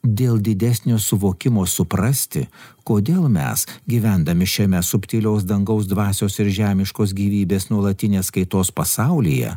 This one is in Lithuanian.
dėl didesnio suvokimo suprasti kodėl mes gyvendami šiame subtilios dangaus dvasios ir žemiškos gyvybės nuolatinės kaitos pasaulyje